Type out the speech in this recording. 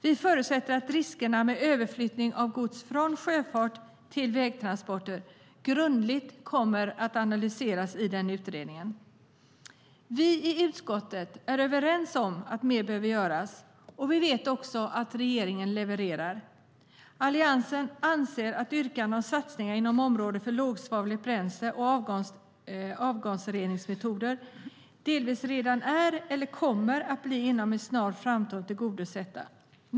Vi förutsätter att riskerna med överflyttning av gods från sjöfart till vägtransporter kommer att analyseras grundligt i utredningen. Vi i utskottet är överens om att mer behöver göras, och vi vet också att regeringen levererar. Alliansen anser att yrkandena om satsningar inom områden för lågsvavliga bränslen och avgasreningsmetoder delvis redan är eller inom en snar framtid kommer att bli tillgodosedda.